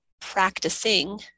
practicing